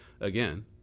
again